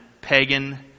pagan